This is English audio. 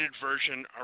version